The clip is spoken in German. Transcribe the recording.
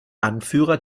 anführer